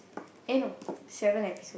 eh no seven episode